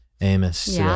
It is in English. Amos